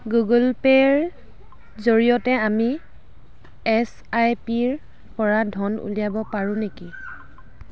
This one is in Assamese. গুগল পে' ৰ জৰিয়তে আমি এছ আই পিৰ পৰা ধন উলিয়াব পাৰোঁ নেকি